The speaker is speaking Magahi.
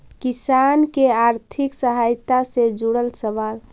किसान के आर्थिक सहायता से जुड़ल सवाल?